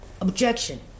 Objection